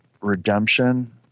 redemption